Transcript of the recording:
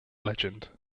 legend